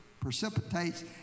precipitates